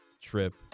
trip